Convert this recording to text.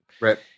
right